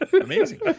amazing